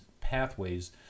pathways